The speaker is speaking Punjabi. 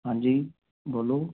ਹਾਂਜੀ ਬੋਲੋ